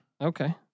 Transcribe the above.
Okay